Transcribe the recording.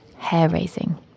hair-raising